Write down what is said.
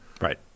Right